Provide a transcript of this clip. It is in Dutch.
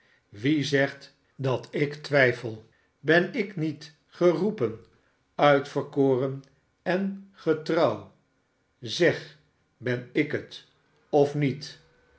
wie zegt dat ik twijfel ben ik niet geroepen uitverkoren en getrouw zeg ben ik het of niet